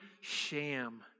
sham